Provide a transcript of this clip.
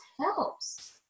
helps